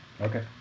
Okay